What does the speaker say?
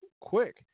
quick